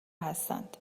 هستند